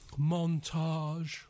montage